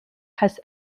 has